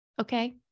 Okay